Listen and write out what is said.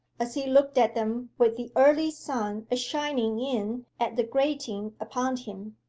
as he looked at em with the early sun a-shining in at the grating upon him.